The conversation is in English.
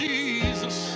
Jesus